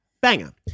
Banger